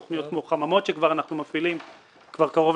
תוכניות כמו חממות שאנחנו מפעילים כבר קרוב